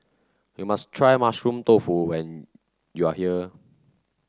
you must try Mushroom Tofu when you are here